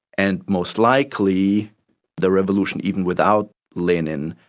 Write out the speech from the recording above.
and most likely the revolution, even without lenin,